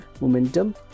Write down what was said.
momentum